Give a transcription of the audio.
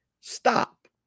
Stop